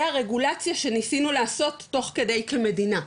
הרגולציה שניסינו לעשות תוך כדי כמדינה.